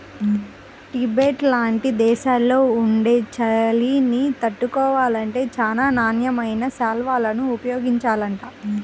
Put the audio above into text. Tibet లాంటి దేశాల్లో ఉండే చలిని తట్టుకోవాలంటే చానా నాణ్యమైన శాల్వాలను ఉపయోగించాలంట